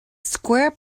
square